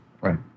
Right